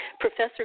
Professor